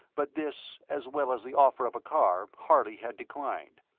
but this, as well as the offer of a car, harley had declined,